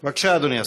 בבקשה, אדוני השר.